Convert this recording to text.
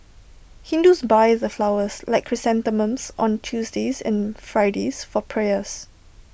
Hindus buy the flowers like chrysanthemums on Tuesdays and Fridays for prayers